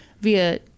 via